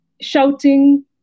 shouting